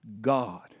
God